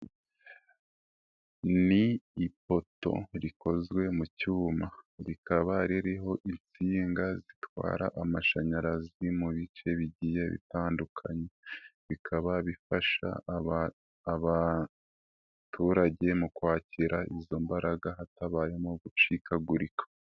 Ni ipoto rikozwe mu cyuma, rikaba ririho insinga zitwara amashanyarazi mu bice bigiye bitandukanye, bikaba bifasha abaturage mu kwakira izo mbaraga hatabayemo gucikagurika.